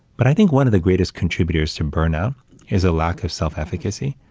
but i think one of the greatest contributors to burnout is a lack of self-efficacy.